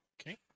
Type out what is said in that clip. Okay